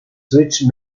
switch